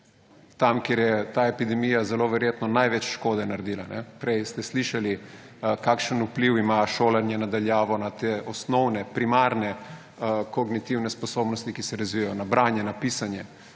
tam, kjer je ta epidemija zelo verjetno največ škode naredila. Prej ste slišali, kakšen vpliv ima šolanje na daljavo na te osnovne, primarne kognitivne sposobnosti, ki se razvijajo, na branje, na pisanje.